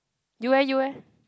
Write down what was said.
you eh you eh